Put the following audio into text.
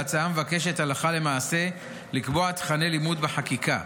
ההצעה מבקשת הלכה למעשה לקבוע תוכני לימוד בחקיקה,